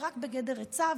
היא רק בגדר עצה,